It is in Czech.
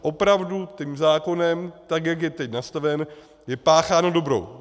Opravdu tím zákonem, tak jak je teď nastaven, je pácháno dobro.